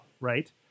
Right